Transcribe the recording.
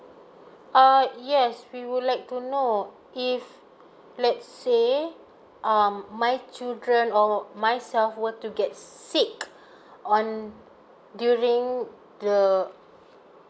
uh yes we would like to know if let's say um my children or myself were to get sick on during the